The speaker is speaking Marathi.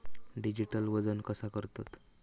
डिजिटल वजन कसा करतत?